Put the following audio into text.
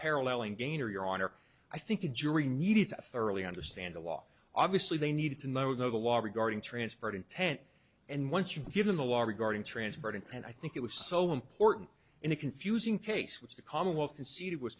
paralleling gainer your honor i think the jury needed to thoroughly understand the law obviously they need to know the law regarding transferred intent and once you've given the law regarding transport intent i think it was so important in a confusing case which the commonwealth conceded was